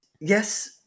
Yes